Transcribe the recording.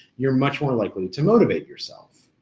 you're much more likely to motivate yourself.